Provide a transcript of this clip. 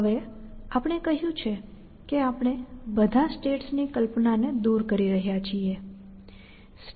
હવે આપણે કહ્યું છે કે આપણે બધા સ્ટેટ્સની કલ્પનાને દૂર કરી રહ્યા છીએ